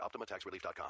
OptimaTaxRelief.com